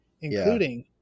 including